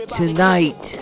tonight